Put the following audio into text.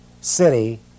city